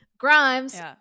Grimes